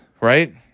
right